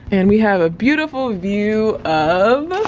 and we have a beautiful view of,